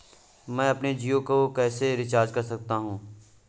मैं अपने जियो को कैसे रिचार्ज कर सकता हूँ?